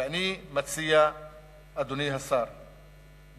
אדוני השר,